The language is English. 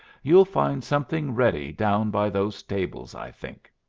you'll find something ready down by those tables, i think.